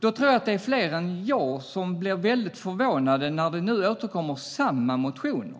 Jag tror att det är fler än jag som blir väldigt förvånade när nu samma motioner